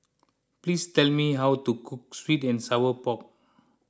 please tell me how to cook Sweet and Sour Pork